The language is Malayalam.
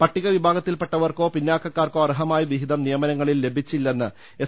പട്ടിക വിഭാഗത്തിൽപ്പെട്ടവർക്കോ പിന്നാക്കക്കാർക്കോ അർഹമായ വിഹിതം നിയമനങ്ങളിൽ ലഭിച്ചിട്ടില്ലെന്ന് എസ്